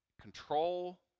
control